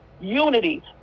unity